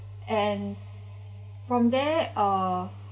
and from there uh